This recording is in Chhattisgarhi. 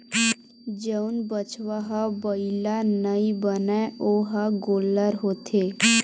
जउन बछवा ह बइला नइ बनय ओ ह गोल्लर होथे